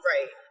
Right